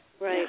right